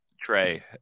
Trey